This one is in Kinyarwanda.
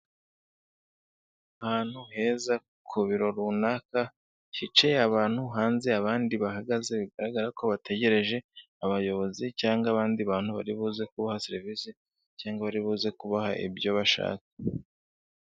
Ahantu heza ku biro runaka hicaye abantu hanze abandi bahagaze bigaragara ko bategereje abayobozi cyangwa abandi bantu bari buze kuha serivisi cyangwa bari buze kubaha ibyo bashaka.